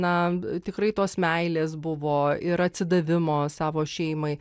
na tikrai tos meilės buvo ir atsidavimo savo šeimai